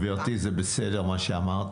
גברתי, זה בסדר מה שאמרת.